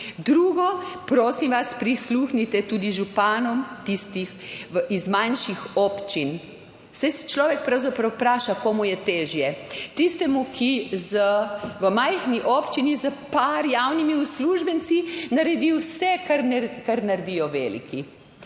Drugo, prosim vas, prisluhnite tudi županom, tistih iz manjših občin. Saj se človek pravzaprav vpraša, komu je težje: tistemu, ki v majhni občini s par javnimi uslužbenci naredi vse, kar naredijo veliki.